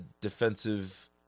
defensive